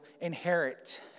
inherit